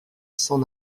s’en